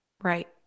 Right